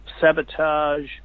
sabotage